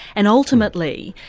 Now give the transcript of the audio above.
and ultimately,